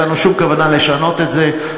אין לנו שום כוונה לשנות את זה,